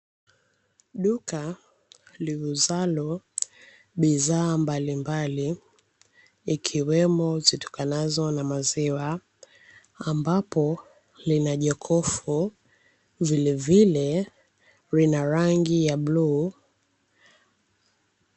Duka liuzalo bidhaa mbalimbali, ikiwemo zitokanazo na maziwa, ambapo lina jokofu. Vilevile lina rangi ya bluu.